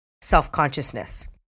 self-consciousness